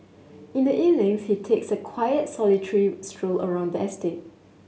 in the evenings he takes a quiet solitary stroll around the estate